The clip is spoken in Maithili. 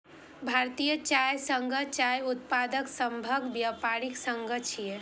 भारतीय चाय संघ चाय उत्पादक सभक व्यापारिक संघ छियै